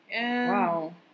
Wow